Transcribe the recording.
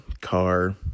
car